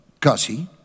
Kasi